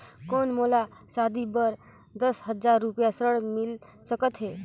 कौन मोला शादी बर दस हजार रुपिया ऋण मिल सकत है?